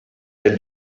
del